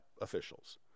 officials